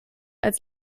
als